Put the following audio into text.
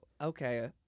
okay